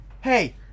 Hey